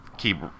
keep